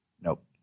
Nope